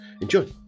enjoy